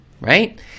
right